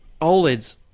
OLEDs